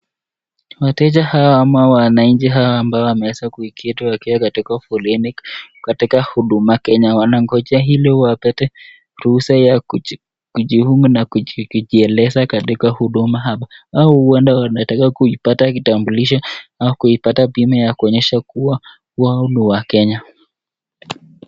Wateja hawa ama wananchi hawa ambao wameweza kuiketi katika foleni katika Huduma Kenya, wanangojea ili wapate ruhusa ya kujiunga na kujieleza katika huduma hapa au huenda wanataka kuipata kitambulisho au kuipata bima ya kuonyesha kua wao ndo wakenya.